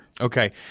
Okay